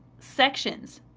sections.